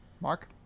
Mark